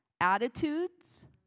attitudes